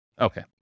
Okay